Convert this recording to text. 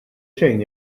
xejn